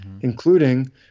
including